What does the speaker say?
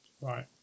right